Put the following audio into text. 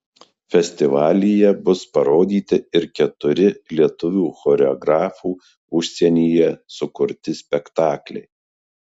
festivalyje bus parodyti ir keturi lietuvių choreografų užsienyje sukurti spektakliai